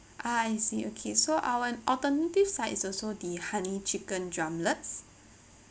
uh I see okay so our alternative side is also the honey chicken drumlets